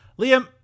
Liam